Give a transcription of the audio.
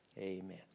Amen